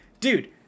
dude